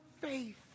faith